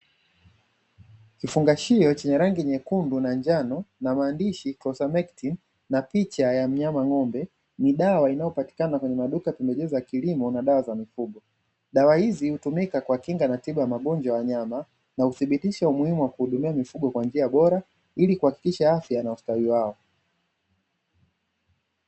Kifungashio chenye rangi nyekundu na njano, na maandishi kosimetiki , na picha ya mnyama ng'ombe. Ni dawa inayopatikana kwenye maduka tumejiuza kilimo na dawa za mifugo. Dawa hii hutumika kwa kinga na tiba ya magonjwa ya wanyama, na udhibitisha umuhimu wa kuhudumia mifugo kwa njia bora ili kuhakikisha afya na ustawi wao.